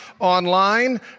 online